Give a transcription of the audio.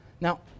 Now